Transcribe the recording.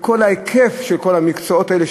בכל ההיקף של כל המקצועות האלה,